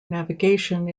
navigation